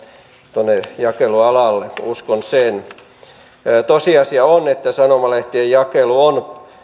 tulee tuonne jakelualalle uskon niin tosiasia on että sanomalehtien jakelu on